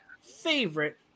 favorite